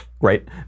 Right